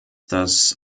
das